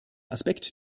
aspekt